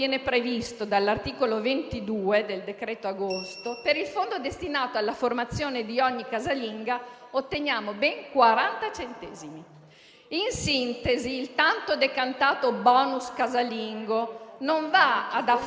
In sintesi, il tanto decantato *bonus* casalingo non va ad affamare le casalinghe stesse, ma andrà a chi si occuperà della loro formazione e soprattutto all'INAIL che, con questo stratagemma,